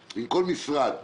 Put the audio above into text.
עם כל משרד.